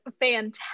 fantastic